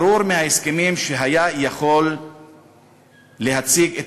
ברור מההסכמים שהוא היה יכול להציג את